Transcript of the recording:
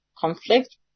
conflict